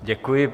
Děkuji.